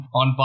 on